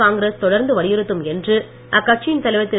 காங்கிரஸ் தொடர்ந்து வலியுறுத்தும் என்று அக்கட்சியின் தலைவர் திரு